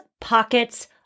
pockets